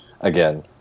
again